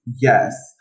Yes